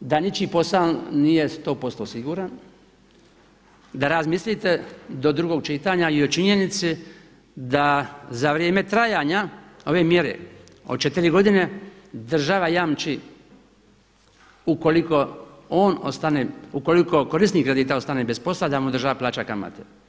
da ničiji posao nije 100% siguran, da razmislite do drugog čitanja i o činjenici da za vrijeme trajanja ove mjere od 4 godine država jamči ukoliko on ostane, ukoliko korisnik kredita ostane bez posla da mu država plaća kamate.